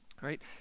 right